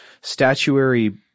statuary